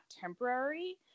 temporary